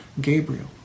Gabriel